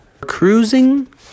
cruising